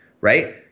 right